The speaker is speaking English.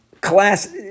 class